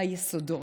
ביסודות,